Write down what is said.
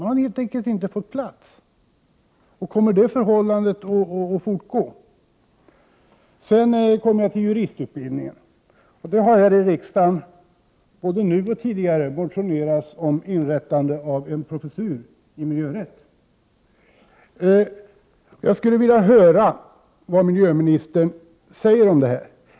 Man har helt enkelt inte fått plats med denna utbildning. Kommer det att vara så även i fortsättningen? Jag vill sedan ta upp juristutbildningen. Det har i riksdagen både nu och tidigare motionerats om inrättande av en professur i miljörätt. Jag skulle vilja höra vad miljöministern säger om detta.